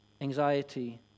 Anxiety